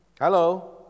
Hello